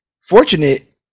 fortunate